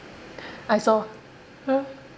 I saw ya